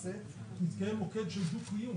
מתקיים מוקד של דו קיום